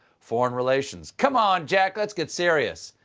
foreign relations come on, jack. let's get serious.